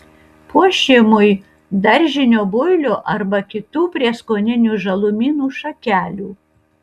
puošimui daržinio builio arba kitų prieskoninių žalumynų šakelių